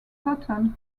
cotton